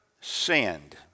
sinned